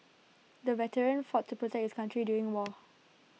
the veteran fought to protect his country during war